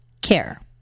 Care